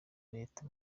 leta